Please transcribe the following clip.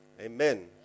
Amen